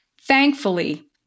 thankfully